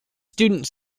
student